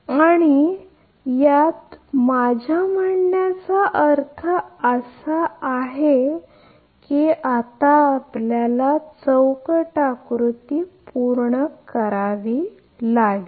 तर यात माझ्या म्हणण्याचा अर्थ असा आहे की आता आपल्याला ब्लॉक आकृती पूर्ण करावी लागेल